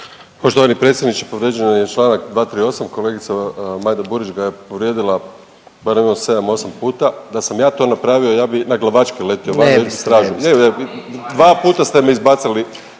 Poštovani predsjedniče, povrijeđen je članak 238. Kolegica Majda Burić ga je povrijedila barem jedno 7, 8 puta. Da sam ja to napravio ja bih naglavačke letio van sa stražom. Dva puta ste me izbacili,